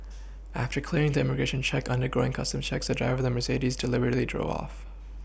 after clearing the immigration check undergoing Customs checks the driver of the Mercedes deliberately drove off